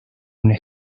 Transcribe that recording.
una